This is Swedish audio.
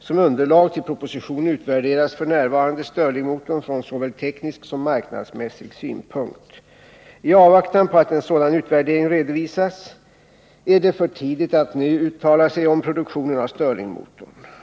Som underlag till propositionen utvärderas f.n. stirlingmotorn från såväl teknisk som marknadsmässig synpunkt. I avvaktan på att en sådan utvärdering redovisas är det för tidigt att nu uttala sig om produktionen av stirlingmotorn.